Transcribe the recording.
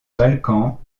balkans